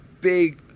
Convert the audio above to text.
big